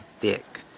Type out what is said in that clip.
thick